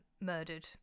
murdered